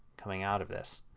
coming out of this.